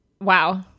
Wow